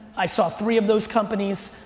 i saw three of those companies,